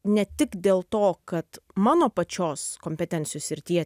ne tik dėl to kad mano pačios kompetencijų srityje